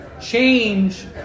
Change